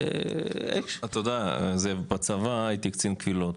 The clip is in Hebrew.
אתה יודע, בצבא, הייתי קצין קבילות,